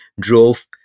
drove